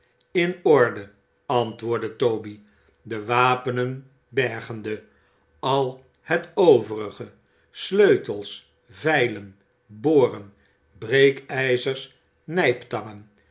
in orde antwoordde toby de wapenen bergende al het overige sleutels vijlen boren breekijzers nijptangen